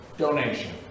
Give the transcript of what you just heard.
Donation